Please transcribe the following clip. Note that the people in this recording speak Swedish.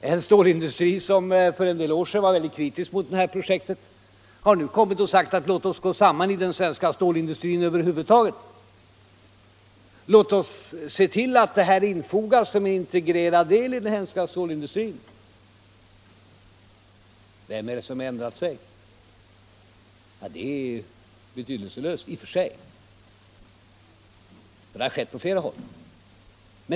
En stålindustri som för en del år sedan var väldigt kritisk mot det här projektet har nu kommit och sagt: Låt oss gå samman i den svenska stålindustrin över huvud taget, låt oss se till att det här verket infogas som en integrerad del i den svenska stålindustrin! Vem är det som ändrat sig? Det är betydelselöst i och för sig, men det har skett på flera håll.